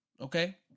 okay